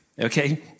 okay